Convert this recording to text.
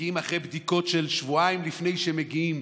מגיעים אחרי בדיקות של שבועיים לפני שהם מגיעים.